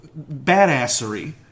badassery